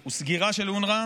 הוא סגירה של אונר"א.